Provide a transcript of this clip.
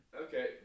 Okay